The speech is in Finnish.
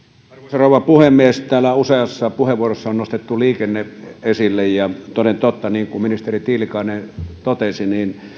rouva puhemies täällä useassa puheenvuorossa on nostettu liikenne esille ja toden totta niin kuin ministeri tiilikainen totesi